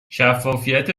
شفافیت